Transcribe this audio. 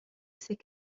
ses